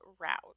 route